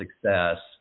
Success